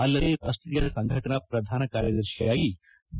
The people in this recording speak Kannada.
ಅಲ್ಲದೇ ರಾಷ್ಟೀಯ ಸಂಘಟನಾ ಪ್ರಧಾನ ಕಾರ್ಯದರ್ಶಿಯಾಗಿ ಬಿ